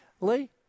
Lee